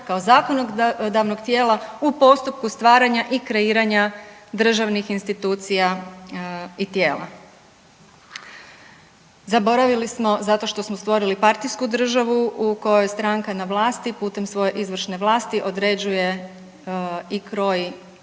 kao zakonodavnog tijela u postupku stvaranja i kreiranja državnih institucija i tijela. Zaboravili smo zato što smo stvorili partijsku državu u kojoj stranka na vlasti putem svoje izvršne vlasti određuje i kroji